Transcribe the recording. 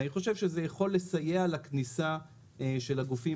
אני חושב שזה יכול לסייע לכניסה של הגופים